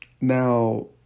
now